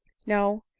no,